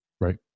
Right